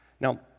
Now